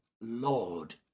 Lord